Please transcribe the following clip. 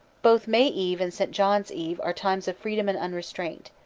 both may eve and st. john's eve are times of freedom and unrestraint.